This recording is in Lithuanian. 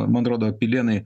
man atrodo pilėnai